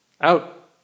Out